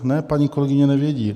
Ne, paní kolegyně nevědí.